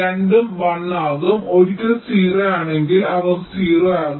രണ്ടും 1 ആകും ഒരിക്കൽ 0 ആണെങ്കിൽ അവർ 0 ആകും